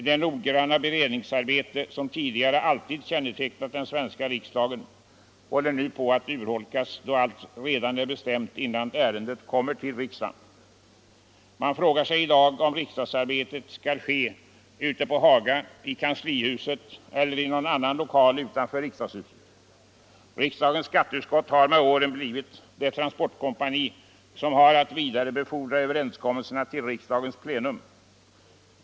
Det noggranna beredningsarbete som tidigare alltid kännetecknat den svenska riksdagen håller nu på att urholkas, då allt redan är bestämt innan ärendet kommer till riksdagen. Man frågar sig i dag om riksdagsarbetet skall utföras ute på Haga, i kanslihuset eller i någon annan lokal utanför riksdagshuset. Riksdagens skatteutskott har med åren blivit det transportkompani som har att vidarebefordra överenskommelserna till riksdagens plena.